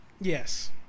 Yes